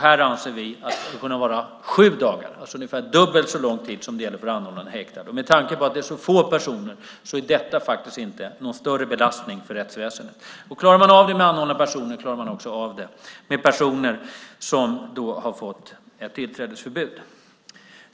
Här anser vi att gränsen skulle kunna vara sju dagar, alltså ungefär dubbelt så lång tid som för anordnande av en häktningsförhandling. Med tanke på att det är så få personer som detta handlar om innebär detta faktiskt ingen större belastning för rättsväsendet. Klarar man detta med anhållna personer kan man också klara det med personer som har fått tillträdesförbud.